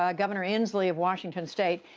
ah governor inslee of washington state,